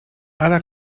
ara